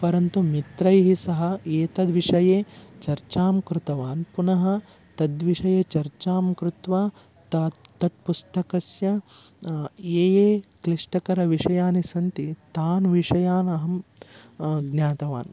परन्तु मित्रैः सह एतद् विषये चर्चां कृतवान् पुनः तद् विषये चर्चां कृत्वा तात् तत् पुस्तकस्य ये ये क्लिष्टकरविषयाः सन्ति तान् विषयान् अहं ज्ञातवान्